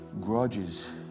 Grudges